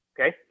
okay